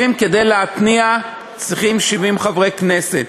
כדי להתניע צריכים 70 חברי כנסת,